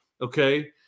okay